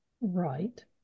right